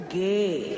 gay